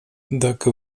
dacă